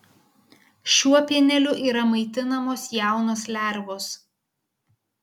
šiuo pieneliu yra maitinamos jaunos lervos